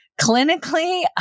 Clinically